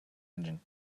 engine